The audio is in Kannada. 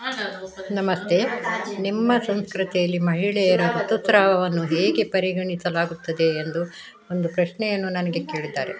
ನಮಸ್ತೆ ನಿಮ್ಮ ಸಂಸ್ಕೃತಿಯಲ್ಲಿ ಮಹಿಳೆಯರ ಋತುಸ್ರಾವವನ್ನು ಹೇಗೆ ಪರಿಗಣಿಸಲಾಗುತ್ತದೆ ಎಂದು ಒಂದು ಪ್ರಶ್ನೆಯನ್ನು ನನಗೆ ಕೇಳಿದ್ದಾರೆ